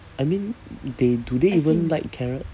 I mean they do they even like carrots